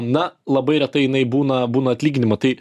na labai retai jinai būna būna atlyginimo tai